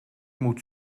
moet